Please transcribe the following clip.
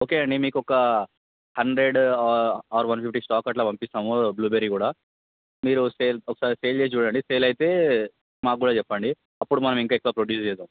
okay అండి మీకు ఒక hundred or one fifty stock అట్లా పంపిస్తాము బ్లూబెర్రీ కూడా మీరు సేల్ ఒకసారి సేల్ చేసి చుడండి సేల్ అయితే మాకు కూడా చెప్పండి అప్పుడు మనం ఇంకా ఎక్కువ ప్రొడ్యూస్ చేద్దాం